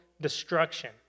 destruction